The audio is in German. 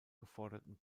geforderten